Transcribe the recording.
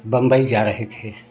बम्बई जा रहे थे